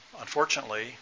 Unfortunately